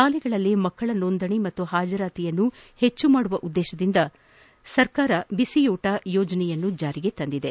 ಶಾಲೆಗಳಲ್ಲಿ ಮಕ್ಕಳ ನೋಂದಣಿ ಹಾಗೂ ಹಾಜರಾತಿಯನ್ನು ಹೆಚ್ಚಿಸುವ ಉದ್ದೇಶದಿಂದ ಸರ್ಕಾರ ಬಿಸಯೂಟ ಯೋಜನೆ ಜಾರಿಗೆ ತಂದಿದೆ